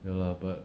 ya lah but